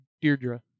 Deirdre